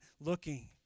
looking